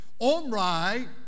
Omri